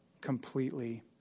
completely